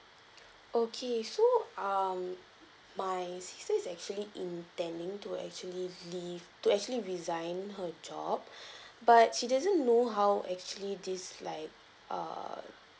okay so um my sister is actually intending to actually leave to actually resign her job but she doesn't know how actually this like err